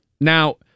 now